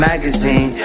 Magazine